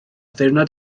ddiwrnod